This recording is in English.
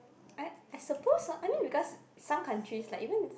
I I suppose uh I mean because some countries like even